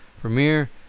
Premiere